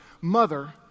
mother